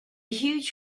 huge